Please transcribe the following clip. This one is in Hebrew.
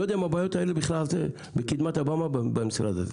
אני לא יודע אם הבעיות האלה בכלל בקדמת הבמה במשרד הזה.